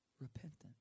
repentance